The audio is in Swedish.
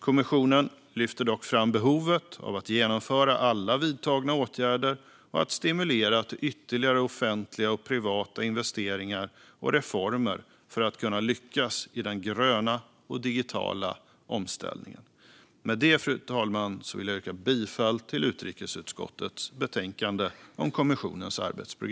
Kommissionen lyfter dock fram behovet av att genomföra alla vidtagna åtgärder och att stimulera till ytterligare offentliga och privata investeringar och reformer för att lyckas i den gröna och digitala omställningen. Fru talman! Jag yrkar bifall till utskottets förslag.